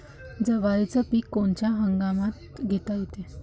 जवारीचं पीक कोनच्या हंगामात घेता येते?